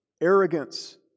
arrogance